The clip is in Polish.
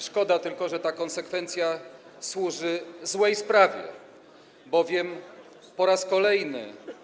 Szkoda tylko, że ta konsekwencja służy złej sprawie, bowiem po raz kolejny